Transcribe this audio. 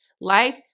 life